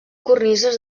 cornises